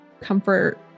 comfort